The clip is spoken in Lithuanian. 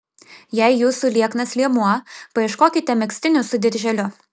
jei jūsų lieknas liemuo paieškokite megztinių su dirželiu